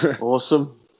Awesome